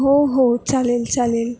हो हो चालेल चालेल